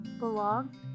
Belong